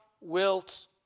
wilt